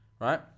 right